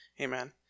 amen